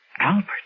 Albert